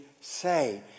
say